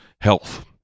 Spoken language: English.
health